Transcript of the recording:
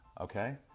Okay